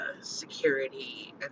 security